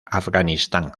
afganistán